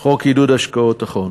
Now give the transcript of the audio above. חוק עידוד השקעות ההון,